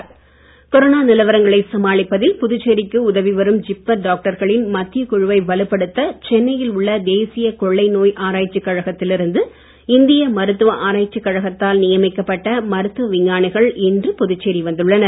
நிபுணர் குழு கொரோனா நிலவரங்களை சமாளிப்பதில் புதுச்சேரிக்கு உதவி வரும் ஜிப்மர் டாக்டர்களின் மத்தியக் குழுவை வலுப்படுத்த சென்னையில் உள்ள தேசியக் கொள்ளை நோய் ஆராய்ச்சிக் கழகத்தில் இருந்து இந்திய மருத்துவ ஆராய்ச்சிக் கழகத்தால் நியமிக்கப்பட்ட மருத்துவ விஞ்ஞானிகள் இன்று புதுச்சேரி வந்துள்ளனர்